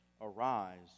Arise